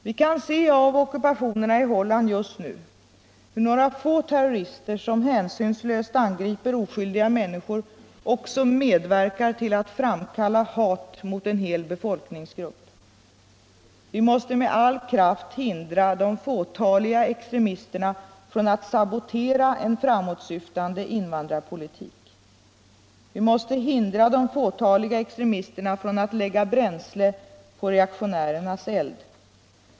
Vi kan se av ockupationerna i Holland just nu hur några få terrorister, som hänsynslöst angriper oskyldiga människor, också medverkar till att framkalla hat mot en hel befolkningsgrupp. Vi måste med all kraft hindra de fåtaliga extremisterna från att sabotera en framåtsyftande invandrarpolitik. Vi måste hindra de fåtaliga extremisterna från att lägga bränsle på reaktionärernas eld.